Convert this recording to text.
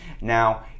Now